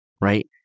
right